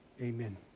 amen